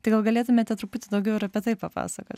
tai gal galėtumėte truputį daugiau ir apie tai papasakot